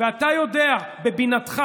אתה יודע בבינתך,